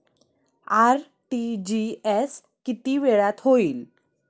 RTGS किती वेळात होईल?